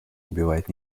убивает